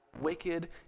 wicked